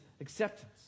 acceptance